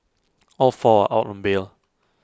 all four are out on bail